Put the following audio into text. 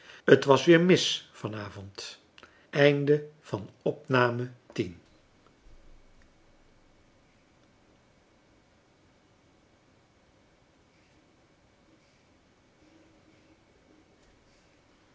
het was weer mis van avond